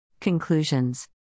Conclusions